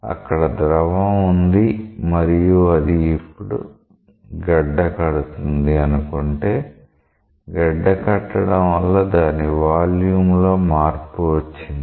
అక్కడ ద్రవం ఉంది మరియు అది ఇప్పుడు గడ్డకడుతుంది అనుకుంటే గడ్డ కట్టడం వల్ల దాని వాల్యూమ్ లో మార్పు వచ్చింది